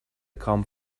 kaum